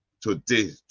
today